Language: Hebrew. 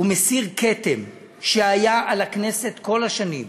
הוא מסיר כתם שהיה על הכנסת כל השנים.